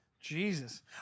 Jesus